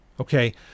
Okay